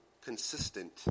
consistent